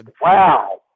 Wow